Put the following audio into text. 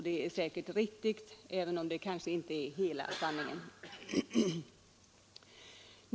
Det är säkert riktigt, även om det kanske inte är hela sanningen.